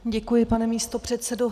Děkuji, pane místopředsedo.